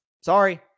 Sorry